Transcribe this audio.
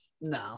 No